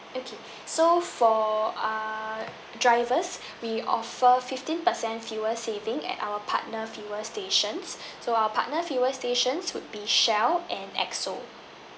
okay so for err drivers we offer fifteen percent fuel saving at our partner fuel stations so our partner fuel stations would be shell and esso